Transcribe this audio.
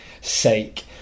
sake